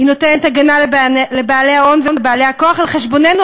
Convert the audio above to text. היא נותנת הגנה לבעלי ההון ולבעלי הכוח על חשבוננו,